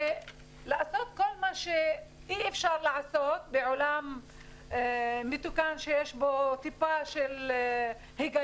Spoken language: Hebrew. ולעשות כל מה שאי אפשר לעשות בעולם מתוקן שיש בו טיפת הגיון,